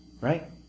Right